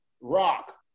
rock